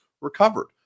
recovered